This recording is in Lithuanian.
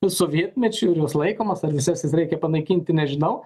sovietmečiu ir jos laikomos ar visas jas reikia panaikinti nežinau